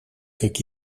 как